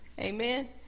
Amen